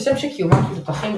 כשם שקיומם של תותחים,